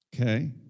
Okay